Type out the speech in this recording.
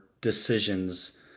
decisions